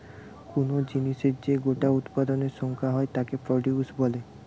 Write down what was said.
কুনো জিনিসের যে গোটা উৎপাদনের সংখ্যা হয় তাকে প্রডিউস বলে